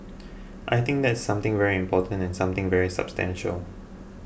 I think that's something very important and something very substantial